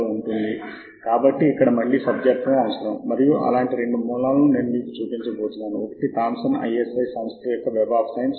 మా వద్ద ఉన్నట్లు మీరు ఇప్పటికే గమనించవచ్చు రెండవ టాబ్ తెరిచిఉంది మరియు వెబ్సైట్ పేరు ఇక్కడ ఎండ్ నోట్ అని మార్చబడిందిసరేణా